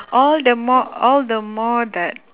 all the more all the more that